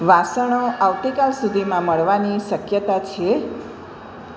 વાસણો આવતીકાલ સુધીમાં મળવાની શક્યતા છે